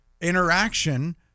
interaction